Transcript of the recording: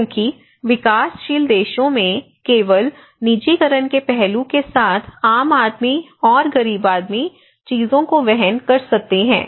क्योंकि विकासशील देशों में केवल निजीकरण के पहलू के साथ आम आदमी और गरीब आदमी चीजों को वहन कर सकते हैं